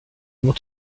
able